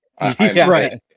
right